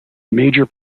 major